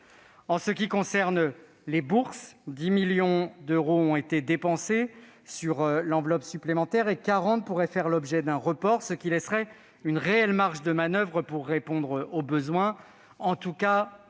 En ce qui concerne les bourses, 10 millions d'euros ont déjà été dépensés sur l'enveloppe supplémentaire, et 40 millions d'euros pourraient faire l'objet d'un report, ce qui laisserait une réelle marge de manoeuvre pour répondre aux besoins, en tout cas avec les